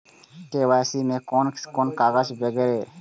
KYC में कोन कोन कागज वगैरा?